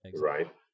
right